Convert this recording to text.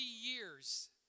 years